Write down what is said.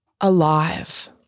alive